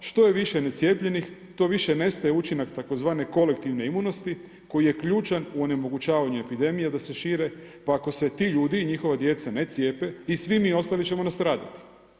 Što je više necijepljenih to više nestaje učinak tvz. kolektivne imunosti koji je ključan u onemogućavanju epidemije da se šire, pa ako se ti ljudi i njihova djeca ne cijepe i svi mi ostali ćemo nastradati.